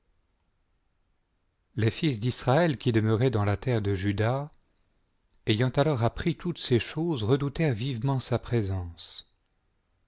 les fils d'israël qui demeuraient dans la terre de juda ayant alors appris toutes ces choses redoutèrent vivement sa présence